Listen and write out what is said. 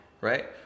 Right